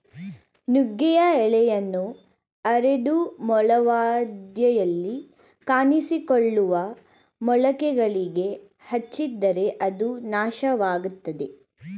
ನುಗ್ಗೆಯ ಎಲೆಯನ್ನ ಅರೆದು ಮೂಲವ್ಯಾಧಿಯಲ್ಲಿ ಕಾಣಿಸಿಕೊಳ್ಳುವ ಮೊಳಕೆಗಳಿಗೆ ಹಚ್ಚಿದರೆ ಅದು ನಾಶವಾಗ್ತದೆ